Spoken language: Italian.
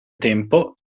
tempo